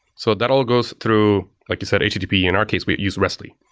so that all goes through, like you said, http. in our case, we use restly.